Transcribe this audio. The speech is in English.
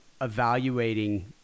evaluating